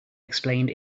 explained